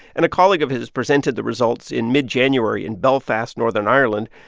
and a colleague of his presented the results in mid-january in belfast, northern ireland,